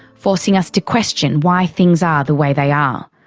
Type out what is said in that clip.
forcing us to question why things are the way they are.